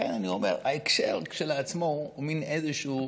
לכן אני אומר שההקשר כשלעצמו הוא מין איזשהו,